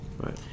right